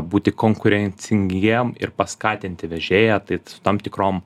būti konkurencingiem ir paskatinti vežėją tai su tam tikrom